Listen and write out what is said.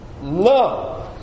No